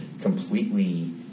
completely